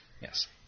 Yes